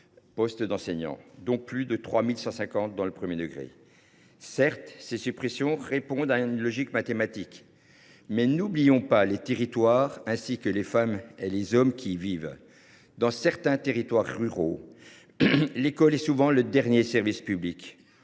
postes d’enseignants, dont plus de 3 150 dans le premier degré. Certes, ces suppressions répondent à une logique mathématique, mais n’oublions pas les territoires, ainsi que les femmes et les hommes qui y vivent. Dans certains territoires ruraux, l’école est souvent le dernier service public.